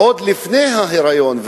עוד לפני ההיריון,